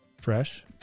fresh